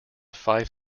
five